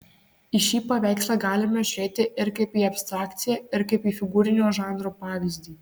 į šį paveikslą galime žiūrėti ir kaip į abstrakciją ir kaip į figūrinio žanro pavyzdį